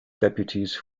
deputies